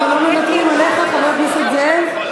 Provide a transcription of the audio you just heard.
אנחנו לא מוותרים עליך, חבר הכנסת זאב.